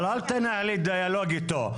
אבל אל תנהלי דיאלוג איתו.